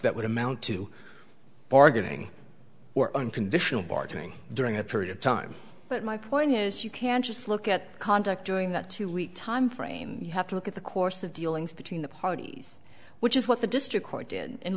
that would amount to bargaining or unconditional bargaining during that period of time but my point is you can't just look at conduct during that two week time frame you have to look at the course of dealings between the parties which is what the district court did